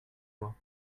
moi